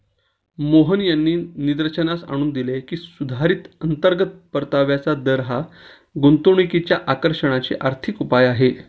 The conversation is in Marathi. मोहन यांनी निदर्शनास आणून दिले की, सुधारित अंतर्गत परताव्याचा दर हा गुंतवणुकीच्या आकर्षणाचे आर्थिक उपाय आहे